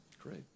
Great